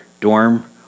dorm